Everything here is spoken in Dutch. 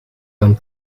aan